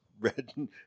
red